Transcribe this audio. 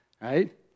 right